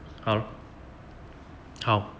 好好